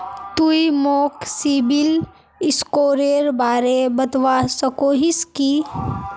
तुई मोक सिबिल स्कोरेर बारे बतवा सकोहिस कि?